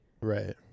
Right